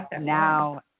now